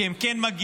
כי הם כן מגיעים,